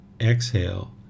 exhale